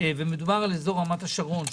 ומדובר על אזור רמת השרון,